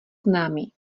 známý